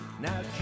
now